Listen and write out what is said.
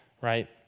right